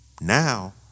Now